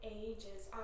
ages